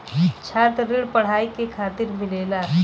छात्र ऋण पढ़ाई के खातिर मिलेला